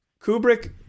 Kubrick